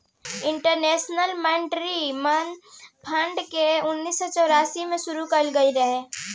international Monetary Fund के उन्नीस सौ चौरानवे ईस्वी में शुरू कईल गईल रहे